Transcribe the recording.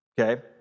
Okay